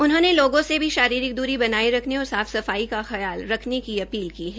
उन्होंने लोगों से भी शारीरिक द्ररी बनाये रखने और साफ सफाइर्द की ख्याल रखने की अपील की है